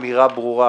אמירה ברורה